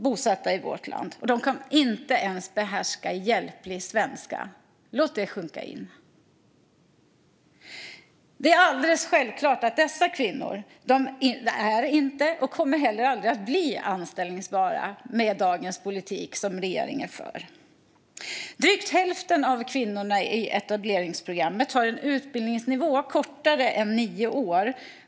Bosatta i vårt land i 15 år - och de kan inte ens behärska hjälplig svenska. Låt det sjunka in! Det är alldeles självklart att dessa kvinnor inte är och inte heller någonsin kommer att bli anställbara med den politik som regeringen för i dag. Drygt hälften av kvinnorna i etableringsprogrammet har en utbildningsnivå som är kortare än nio år.